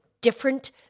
Different